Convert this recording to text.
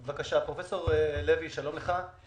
פרופ' לוי, שלום לך.